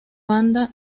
banda